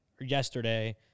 yesterday